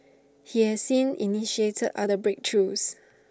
he has since initiated other breakthroughs